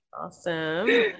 awesome